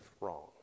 wrong